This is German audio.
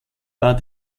war